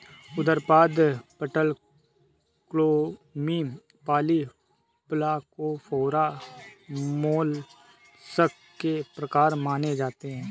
उदरपाद, पटलक्लोमी, polyplacophora, mollusc के प्रकार माने जाते है